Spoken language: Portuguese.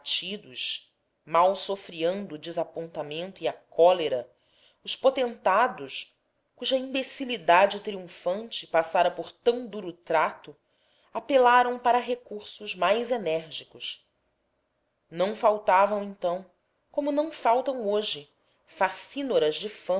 batidos mal sofreando o desapontamento e a cólera os potentados cuja imbecilidade triunfante passara por tão duro trato apelaram para recursos mais enérgicos não faltavam então como não faltam hoje facínoras de fama